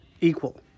equal